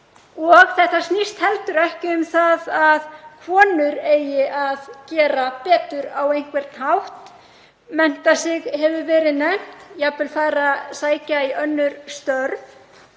Þetta snýst heldur ekki um það að konur eigi að gera betur á einhvern hátt: Að mennta sig, hefur verið nefnt, jafnvel sækja í önnur störf.